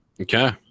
okay